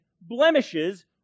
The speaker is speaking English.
blemishes